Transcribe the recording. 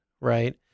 right